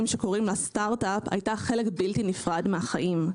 שקוראים לה סטארט-אפ הייתה חלק בלתי נפרד מהחיים.